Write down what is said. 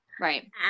right